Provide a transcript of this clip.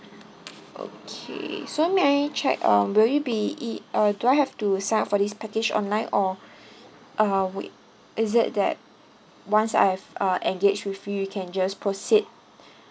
okay so may I check um will you be E uh do I have to sign up for this package online or uh we is it that once I have uh engage with you you can just proceed